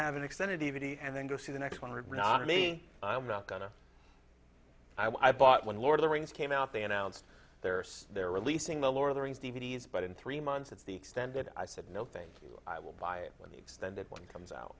have an extended d v d and then go see the next one or not me i'm not gonna i bought when lord of the rings came out they announced their they're releasing the lord of the rings d v d s but in three months it's the extended i said no thank you i will buy it when the extended one comes out